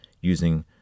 using